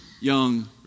young